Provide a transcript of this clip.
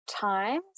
times